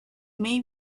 may